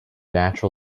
natural